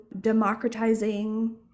democratizing